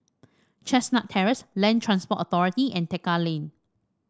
Chestnut Terrace Land Transport Authority and Tekka Lane